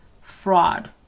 fraud